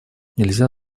нельзя